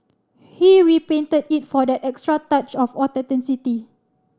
he repainted it for that extra touch of authenticity